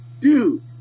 dude